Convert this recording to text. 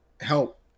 help